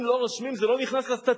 אם לא רושמים זה לא נכנס לסטטיסטיקה